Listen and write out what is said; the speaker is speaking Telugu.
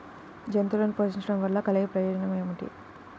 జంతువులను పోషించడం వల్ల కలిగే ప్రయోజనం ఏమిటీ?